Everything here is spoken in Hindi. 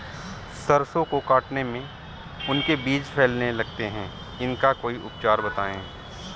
सरसो को काटने में उनके बीज फैलने लगते हैं इसका कोई उपचार बताएं?